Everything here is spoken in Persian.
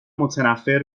متنفر